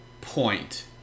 point